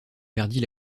perdit